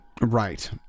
right